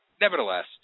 Nevertheless